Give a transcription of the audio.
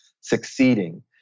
succeeding